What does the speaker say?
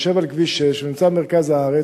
הוא יושב על כביש 6 ונמצא במרכז הארץ.